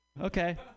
Okay